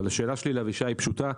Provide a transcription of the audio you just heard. אבל השאלה שלי לאבישי היא פשוטה.